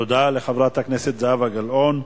תודה לחברת הכנסת זהבה גלאון.